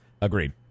Agreed